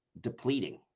depleting